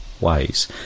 ways